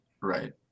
Right